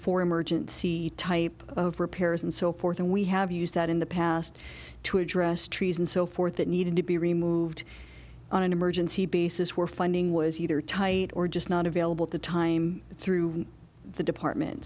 for emergency type of repairs and so forth and we have used that in the past to address trees and so forth that needed to be removed on an emergency basis we're finding was either tight or just not available at the time through the department